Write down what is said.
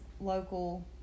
local